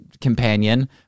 companion